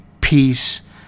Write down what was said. peace